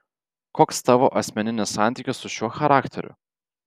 koks tavo asmeninis santykis su šiuo charakteriu